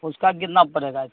اس کا کتنا پڑے گا